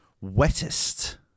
wettest